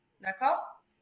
d'accord